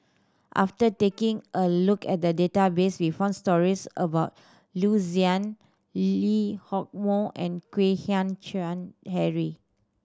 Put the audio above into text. after taking a look at the database we found stories about Loo Zihan Lee Hock Moh and Kwek Hian Chuan Henry